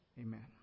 Amen